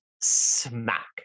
smack